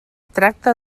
tracta